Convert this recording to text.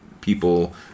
people